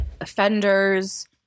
offenders